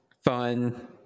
fun